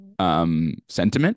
sentiment